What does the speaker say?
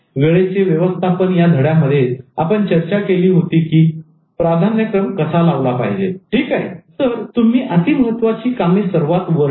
वेळेचे व्यवस्थापन या धड्यामध्ये आपण चर्चा केली होती की प्राधान्यक्रम कसा लावला पाहिजे ठीक आहे तर तुम्ही अति महत्त्वाची कामे सर्वात वर ठेवा